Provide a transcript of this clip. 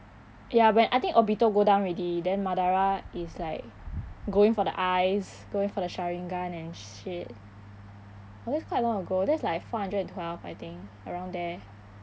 ya when I think obito go down already then madara is like going for the eyes going for the sharingan and shit oh that's quite long ago that's like four hundred and twelve I think around there